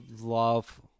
love